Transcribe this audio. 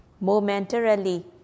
momentarily